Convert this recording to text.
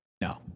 No